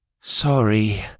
Sorry